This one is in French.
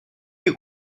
les